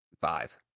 Five